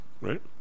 right